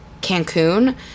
Cancun